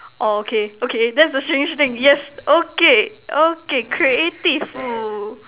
orh K okay that is the strange thing yes okay okay creative